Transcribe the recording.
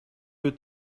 you